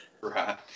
Right